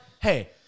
hey